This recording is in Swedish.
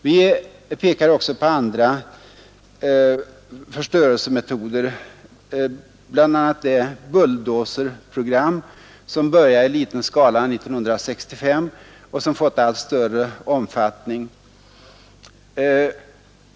Vi pekade också på andra förstörelsemetoder, bl.a. det bulldozer-program som började i liten skala 1965 och som fått allt större omfattning.